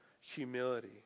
humility